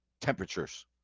temperatures